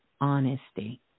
honesty